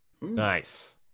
Nice